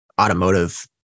automotive